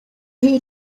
her